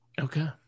Okay